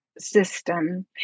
system